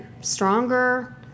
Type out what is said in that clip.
stronger